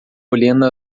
olhando